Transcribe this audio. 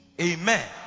Amen